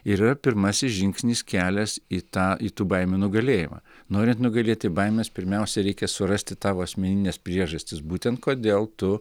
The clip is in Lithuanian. ir yra pirmasis žingsnis kelias į tą į tų baimių nugalėjimą norint nugalėti baimes pirmiausia reikia surasti tavo asmenines priežastis būtent kodėl tu